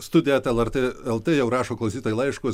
studija eta lrt lt jau rašo klausytojai laiškus